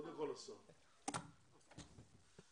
השר להשכלה גבוהה ומשלימה זאב אלקין: